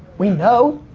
we know,